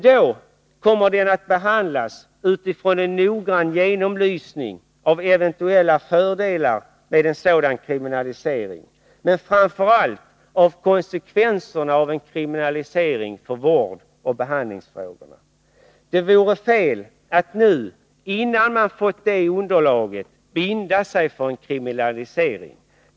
Då kommer den att behandlas utifrån en noggrann genomlysning av eventuella fördelar med en sådan kriminalisering, men framför allt av konsekvenserna för vårdoch behandlingsfrågorna. Det vore fel att nu, innan man fått det underlaget, binda sig för en kriminalisering.